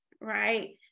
Right